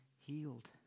healed